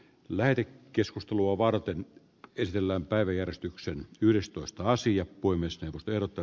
lähde keskustelua varten kysellään päiväjärjestyksen yhdestoista sija voi myös pelata